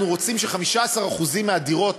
אנחנו רוצים ש-15% מהדירות